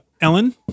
Ellen